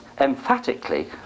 emphatically